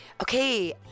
Okay